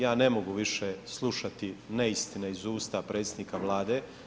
Ja ne mogu više slušati neistine iz usta predsjednika Vlade.